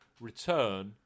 Return